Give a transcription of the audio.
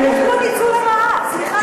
סליחה.